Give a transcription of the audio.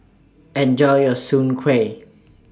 Enjoy your Soon Kway